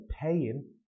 paying